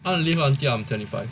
I want to live until I'm twenty five